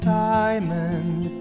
diamond